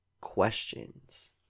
questions